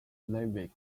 slavic